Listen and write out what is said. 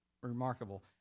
Remarkable